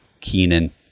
Keenan